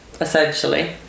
essentially